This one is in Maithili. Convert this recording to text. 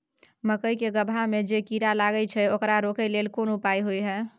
मकई के गबहा में जे कीरा लागय छै ओकरा रोके लेल कोन उपाय होय है?